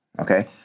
Okay